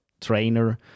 trainer